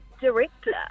director